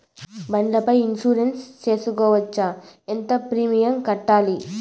బండ్ల పై ఇన్సూరెన్సు సేసుకోవచ్చా? ఎంత ప్రీమియం కట్టాలి?